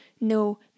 no